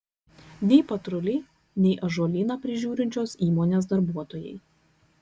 nei patruliai nei ąžuolyną prižiūrinčios įmonės darbuotojai